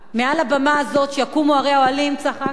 מעל הבמה הזאת, שיקומו ערי אוהלים, צחקתם.